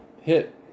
hit